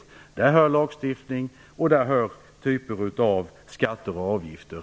Till dessa hör lagstiftning och även olika typer av skatter och avgifter.